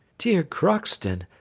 dear crockston,